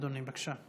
אדוני, בבקשה.